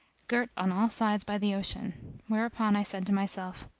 girt on all sides by the ocean whereupon i said to myself,